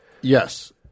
Yes